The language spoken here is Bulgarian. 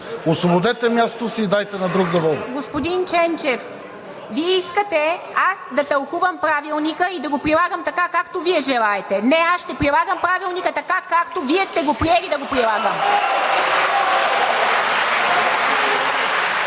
Освободете мястото си и дайте на друг да води! ПРЕДСЕДАТЕЛ ИВА МИТЕВА: Господин Ченчев, Вие искате аз да тълкувам Правилника и да го прилагам така, както Вие желаете. Не, аз ще прилагам Правилника така, както Вие сте го приели да го прилагаме.